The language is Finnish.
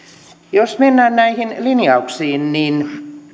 jos mennään näihin linjauksiin niin